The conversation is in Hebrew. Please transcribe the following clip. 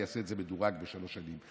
אני אעשה את זה מדורג בשלוש שנים,